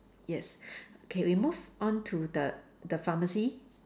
yes okay we move on to the the pharmacy